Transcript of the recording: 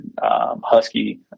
Husky